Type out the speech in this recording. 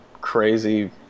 crazy